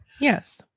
Yes